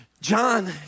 John